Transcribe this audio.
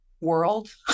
world